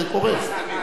זה קורה.